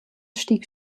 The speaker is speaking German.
stieg